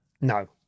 no